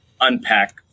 unpack